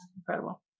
incredible